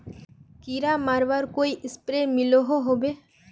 कीड़ा मरवार कोई स्प्रे मिलोहो होबे?